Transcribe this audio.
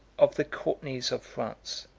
of the courtenays of france.